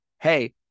hey